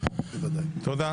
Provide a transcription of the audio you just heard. תודה,